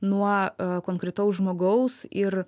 nuo konkretaus žmogaus ir